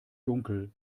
dunkel